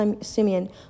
Simeon